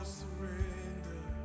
surrender